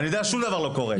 שום דבר לא קורה.